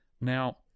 Now